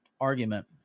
argument